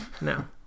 No